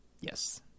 Yes